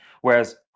Whereas